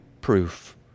proof